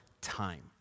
time